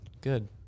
good